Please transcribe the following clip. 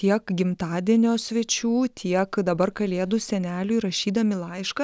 tiek gimtadienio svečių tiek dabar kalėdų seneliui rašydami laišką